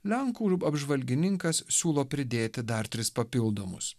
lenkų apžvalgininkas siūlo pridėti dar tris papildomus